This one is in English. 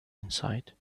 inside